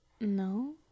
No